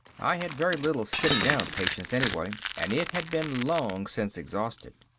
i had very little sitting-down patience anyway, and it had been long since exhausted.